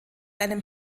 einem